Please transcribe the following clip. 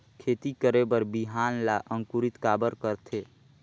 खेती करे बर बिहान ला अंकुरित काबर करथे?